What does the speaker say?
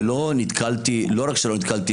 ולא רק שלא נתקלתי